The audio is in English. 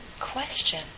question